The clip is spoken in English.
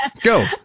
go